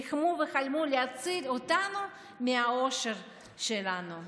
ריחמו וחלמו להציל אותנו מהאושר שלנו.